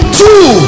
two